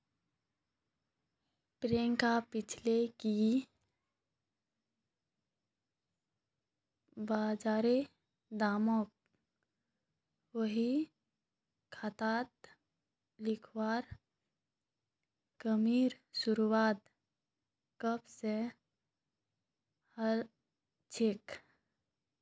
प्रियांक पूछले कि बजारेर दामक बही खातात लिखवार कामेर शुरुआत कब स हलछेक